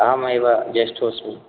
अहमेव ज्येष्ठोऽस्मि